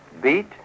Beat